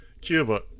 Cuba